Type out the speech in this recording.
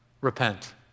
Repent